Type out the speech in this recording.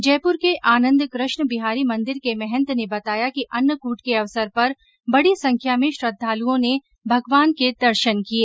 जयपुर के आनन्द कृष्ण बिहारी मंदिर के महंत ने बताया कि अन्नकूट के अवसर पर बड़ी संख्या में श्रद्धालुओं ने भगवान के दर्शन किए